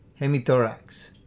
hemithorax